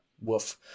woof